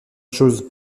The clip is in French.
chose